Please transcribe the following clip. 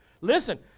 Listen